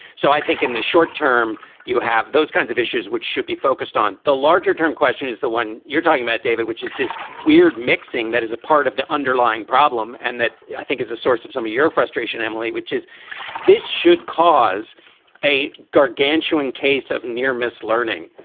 so i think in the short term you have those kinds of issues which should be focused on the larger term question is the one you're talking about, david, which is this weird mixing that is a part of the underlying problem? and that, i think is the source of some of your frustration, emily, which is this should cause a gargantuan case of near mis learning,